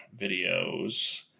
videos